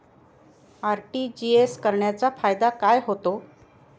RTGS करण्याचा फायदा काय होतो?